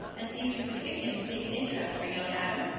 and see if you could get him to take an interest for young adam?